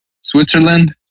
Switzerland